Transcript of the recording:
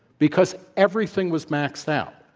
because everything was maxed out.